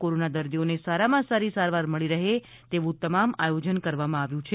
કોરોનાના દર્દીઓને સારામાં સારી સારવાર મળી રહે એવું તમામ આયોજન કરવામાં આવ્યું છે